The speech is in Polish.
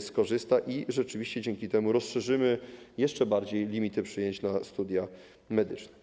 skorzysta, a dzięki temu rozszerzymy jeszcze bardziej limity przyjęć na studia medyczne.